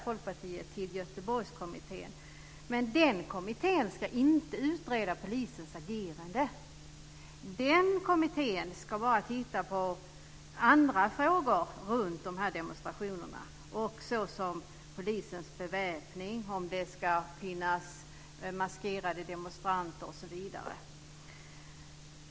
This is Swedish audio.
Folkpartiet hänvisar till Göteborgskommittén. Men den kommittén ska inte utreda polisens agerande. Den ska titta på andra frågor runt demonstrationerna, såsom polisens beväpning, om det ska finnas maskerade demonstranter osv.